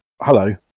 hello